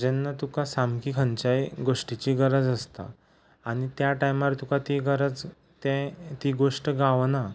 जेन्ना तुका सामकी खंयच्याय गोश्टीची गरज आसता आनी त्या टायमार तुका ती गरज तें ती गोश्ट गावना